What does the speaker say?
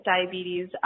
diabetes